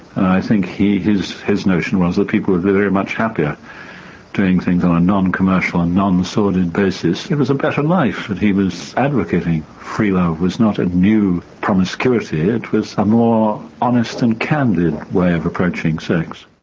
and i think his his notion was that people were very much happier doing things on a a non-commercial and non-sordid bases. it was a better life that he was advocating. free love was not a new promiscuity, it it was a more honest and candid way of approaching sex.